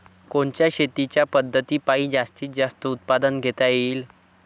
कोनच्या शेतीच्या पद्धतीपायी जास्तीत जास्त उत्पादन घेता येईल?